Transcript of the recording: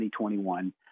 2021